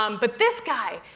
um but this guy,